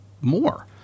more